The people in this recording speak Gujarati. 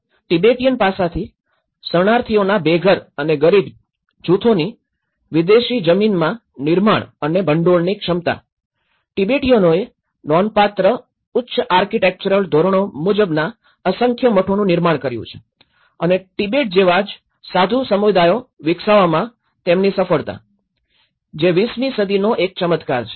તેથી તિબેટીયન પાસાથી શરણાર્થીઓના બેઘર અને ગરીબ જૂથોની વિદેશી જમીનમાં નિર્માણ અને ભંડોળની ક્ષમતા તિબેટીયનોએ નોંધપાત્ર ઉચ્ચ આર્કિટેક્ચરલ ધોરણનો મુજબના અસંખ્ય મઠોનું નિર્માણ કર્યું છે અને તિબેટ જેવા જ સાધુ સમુદાયો વિકસાવવામાં તેમની સફળતા જે ૨૦ મી સદીનો એક ચમત્કાર છે